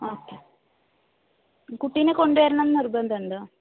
okay കുട്ടിയിനെ കൊണ്ടുവരണം എന്ന് നിർബന്ധമുണ്ടോ